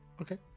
Okay